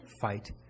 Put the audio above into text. fight